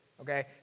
okay